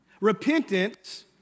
Repentance